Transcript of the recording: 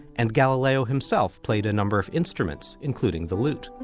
and galileo himself played a number of instruments, including the lute.